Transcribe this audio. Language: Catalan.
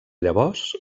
llavors